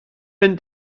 ben